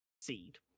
seed